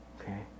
okay